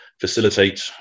facilitate